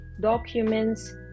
documents